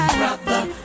brother